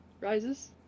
rises